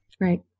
Right